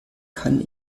kann